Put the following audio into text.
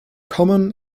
common